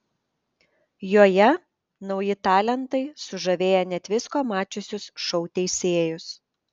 joje nauji talentai sužavėję net visko mačiusius šou teisėjus